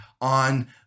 on